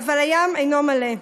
"והים איננו מלא".